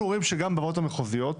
אנחנו רואים שגם בוועדות המחוזיות,